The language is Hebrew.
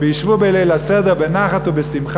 למרות שהאנשים אמרו: "הבה נתחכמה לו פן ירבה",